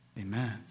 amen